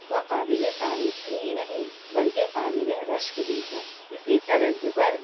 وہ قابل تعریف ہی نہیں بلکہ قابل رشک بھی ہے اسی طرز پر